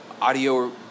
audio